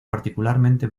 particularmente